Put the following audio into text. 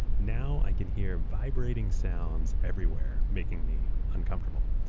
now i can hear vibrating sounds everywhere making me uncomfortable.